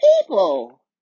people